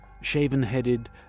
shaven-headed